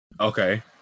okay